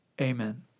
Amen